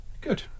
good